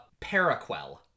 paraquel